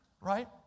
right